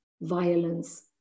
violence